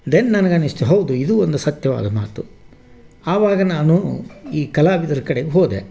then ನನಗೆ ಅನ್ನಿಸ್ತು ಹೌದು ಇದೂ ಒಂದು ಸತ್ಯವಾದ ಮಾತು ಆವಾಗ ನಾನು ಈ ಕಲಾವಿದ್ರ ಕಡೆಗೆ ಹೋದೆ